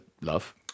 love